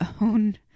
own